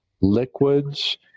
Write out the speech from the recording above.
liquids